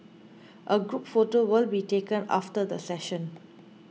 a group photo will be taken after the session